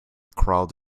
crawled